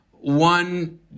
One